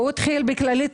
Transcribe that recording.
הוא התחיל לעבוד בכללית.